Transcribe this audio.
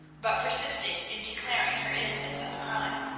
but persisted in declaring her innocence of the crime.